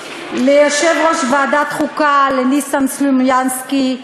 ליושב-ראש ועדת חוקה ניסן סלומינסקי,